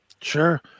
Sure